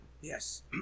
yes